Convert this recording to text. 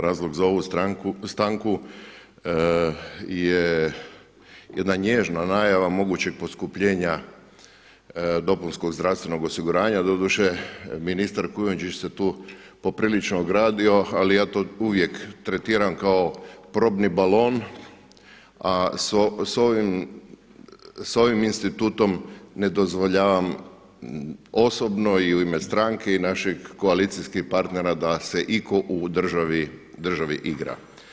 Razlog za ovu stanku je jedna nježna najava mogućeg poskupljenja dopunskog zdravstvenog osiguranja, doduše ministar Kujundžić se tu poprilično ogradio, ali ja to uvijek tretiram kao probni balon, a s ovim institutom ne dozvoljavam osobno i u ime stranke i naših koalicijskih partnera da se iko u državi igra.